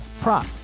prop